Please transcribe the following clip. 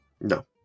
No